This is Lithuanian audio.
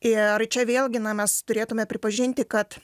ir čia vėlgi na mes turėtume pripažinti kad